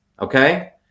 okay